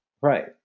right